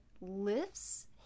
lifts